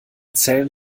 zellen